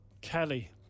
Kelly